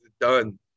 done